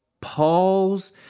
Paul's